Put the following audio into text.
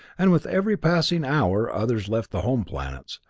and with every passing hour others left the home planets,